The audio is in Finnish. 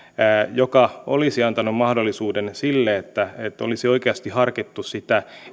joka olisi antanut mahdollisuuden sille että olisi oikeasti harkittu sitä